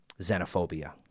xenophobia